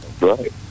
Right